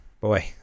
boy